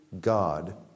God